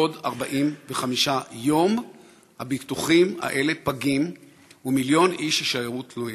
בעוד 45 יום הביטוחים האלה פגים ומיליון איש יישארו תלויים.